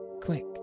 quick